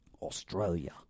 Australia